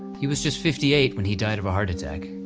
hewas just fifty eight when he died of a heart attack.